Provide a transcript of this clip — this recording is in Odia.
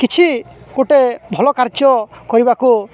କିଛି ଗୋଟେ ଭଲ କାର୍ଯ୍ୟ କରିବାକୁ